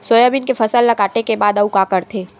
Soybean के फसल ल काटे के बाद आऊ का करथे?